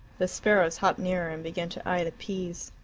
the sparrows hopped nearer and began to eye the peas.